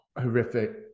horrific